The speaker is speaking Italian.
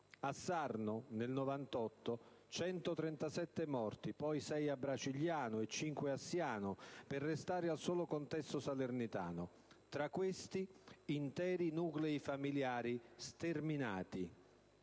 A Sarno, nel 1998, 137 morti (poi, 6 a Bracigliano e 5 a Siano, per restare al solo contesto salernitano). Tra questi, interi nuclei familiari sterminati!